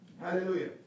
Hallelujah